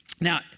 Now